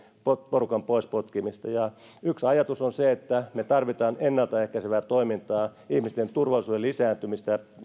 porukan pois potkimista yksi ajatus on se että me tarvitsemme ennalta ehkäisevää toimintaa ihmisten turvallisuuden lisääntymistä